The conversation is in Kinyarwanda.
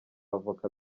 avoka